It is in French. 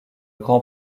grand